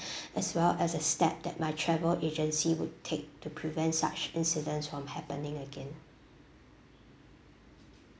as well as a step that my travel agency would take to prevent such incidents from happening again